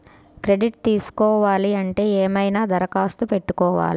Credit తీసుకోవాలి అంటే ఏమైనా దరఖాస్తు పెట్టుకోవాలా?